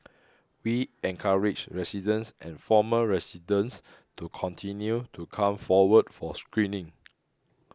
we encourage residents and former residents to continue to come forward for screening